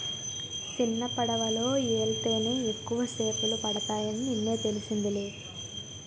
సిన్నపడవలో యెల్తేనే ఎక్కువ సేపలు పడతాయని నిన్నే తెలిసిందిలే